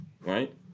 right